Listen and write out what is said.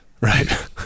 Right